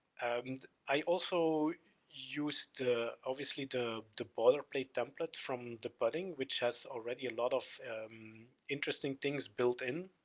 and i also used obviously the the boilerplate template from the pudding which has already a lot of interesting things built in.